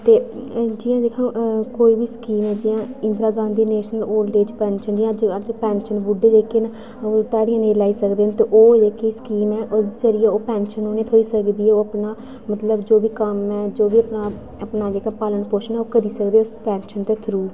ते जि''यां कोई बी स्कीम ऐ जि''यां Indira Gandhi national old age pension ते पैंशन बुड्ढे जेह्के न ओह् ध्याड़ियां निं लाई सकदे न ते ओह् जेह्की स्कीम ऐ इस करियै ओह् पैंशन उ'नेंई थ्होई सकदी ऐ ओह् अपना मतलब जो बी कम्म ऐ जो बी अपना जेह्का पालन पोशन ओह् करी सकदे उस पैंशन दे थ्रू